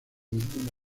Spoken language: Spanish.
ningún